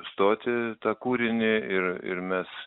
stotį tą kūrinį ir ir mes